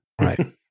Right